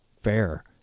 fair